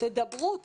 תדברו.